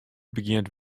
begjint